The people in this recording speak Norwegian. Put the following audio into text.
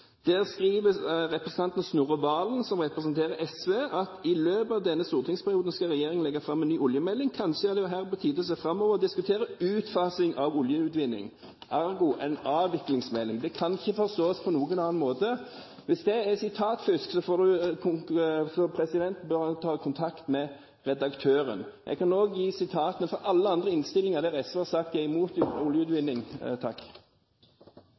skriver representanten Snorre Serigstad Valen, som representerer SV: «I løpet av denne stortingsperioden skal regjeringen legge fram en ny oljemelding. Kanskje er det her på tide å se framover, og diskutere utfasingen av oljeutvinning.» Ergo: Det er en avviklingsmelding. Det kan ikke forstås på noen annen måte. Hvis det er sitatfusk, bør en ta kontakt med redaktøren. Jeg kan også gi ut sitatene fra alle andre innstillinger der SV har sagt at de er imot oljeutvinning.